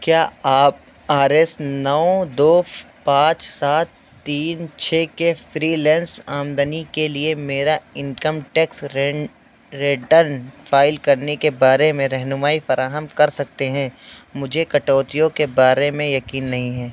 کیا آپ R S نو دو پانچ سات تین چھ کے فریلینس آمدنی کے لیے میرا انکم ٹیکس ریٹرن فائل کرنے کے بارے میں رہنمائی فراہم کر سکتے ہیں مجھے کٹوتیوں کے بارے میں یقین نہیں ہے